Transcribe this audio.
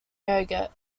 yogurt